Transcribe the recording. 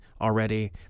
already